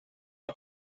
att